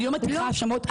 אני לא מטיחה האשמות.